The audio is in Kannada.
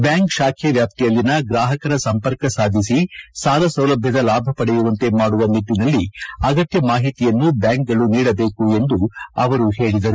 ಬ್ಲಾಂಕ್ ಶಾವೆ ವ್ಯಾಪ್ತಿಯಲ್ಲಿನ ಗ್ರಾಹಕರ ಸಂಪರ್ಕ ಸಾಧಿಸಿ ಸಾಲ ಸೌಲಭ್ಯದ ಲಾಭ ಪಡೆಯುವಂತೆ ಮಾಡುವ ನಿಟ್ಟನಲ್ಲಿ ಅಗತ್ಯ ಮಾಹಿತಿಯನ್ನು ಬ್ಹಾಂಕ್ಗಳು ನೀಡಬೇಕು ಎಂದು ಅವರು ಹೇಳಿದರು